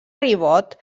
ribot